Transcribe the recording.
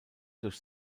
durch